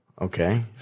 Okay